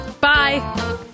Bye